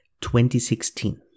2016